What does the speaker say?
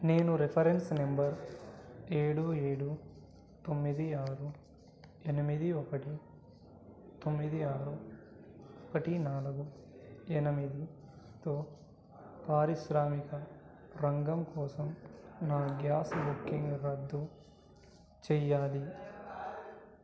నేను reference number ఏడు ఏడు తొమ్మిది ఆరు ఎనిమిది ఒకటి తొమ్మిది ఆరు ఒకటి నాలుగు ఎనిమిదితో పారిశ్రామిక రంగం కోసం నా గ్యాస్ బుకింగ్ రద్దు చెయ్యాలి